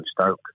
Stoke